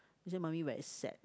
she say mummy very sad